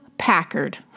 Packard